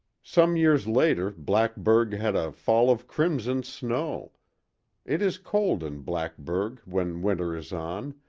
some years later blackburg had a fall of crimson snow it is cold in blackburg when winter is on,